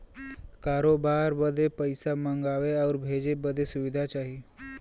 करोबार बदे पइसा मंगावे आउर भेजे बदे सुविधा चाही